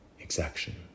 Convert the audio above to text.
exaction